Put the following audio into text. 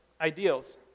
ideals